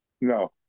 No